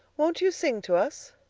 won't you sing to us?